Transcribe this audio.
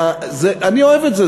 ואני אוהב את זה,